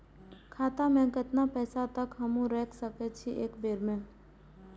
खाता में केतना पैसा तक हमू रख सकी छी एक बेर में?